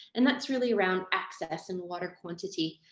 and that's really around access. and water quantity,